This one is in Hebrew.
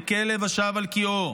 ככלב השב אל קיאו,